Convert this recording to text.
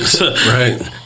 Right